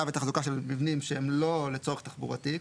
ותחזוקה של מבנים שהם לא לצורך תחבורתי,